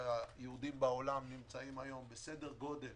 היהודים בעולם נמצאים היום בסדר גודל